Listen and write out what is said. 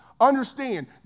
Understand